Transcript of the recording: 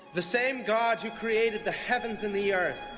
the same god who created the heavens and the earth,